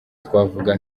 twavuga